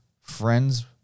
friends